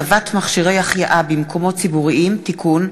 הצעת חוק הצבת מכשירי החייאה במקומות ציבוריים (תיקון,